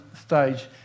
stage